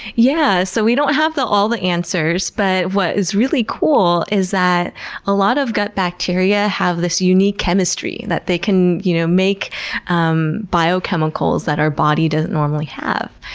yeah so we don't have all the answers but what is really cool is that a lot of gut bacteria have this unique chemistry that they can you know make um biochemicals that our body doesn't normally have,